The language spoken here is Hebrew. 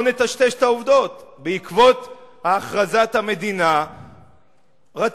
לא נטשטש את העובדות: בעקבות הכרזת המדינה רציתם,